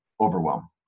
overwhelm